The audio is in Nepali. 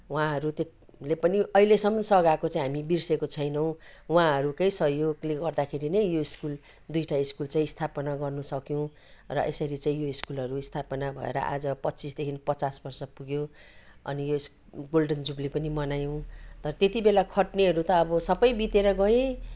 उहाँहरूले पनि अहिलेसम्म सघाएको चाहिँ हामी बिर्सेका छैनौँ उहाँहरूकै सहयोगले गर्दाखेरि नै यो स्कुल दुईटा स्कुल चाहिँ स्थापना गर्न सक्यौँ र यसरी चाहिँ यो सकुलहरू स्थापना भएर आज पच्चिसदेखि पचास बर्ष पुग्यो अनि यस गोल्डन जुब्ली पनि मनायौँ र त्यति बेला खट्नेहरू त अब सबै बितेर गए